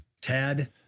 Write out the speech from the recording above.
Tad